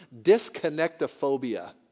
disconnectophobia